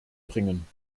bringen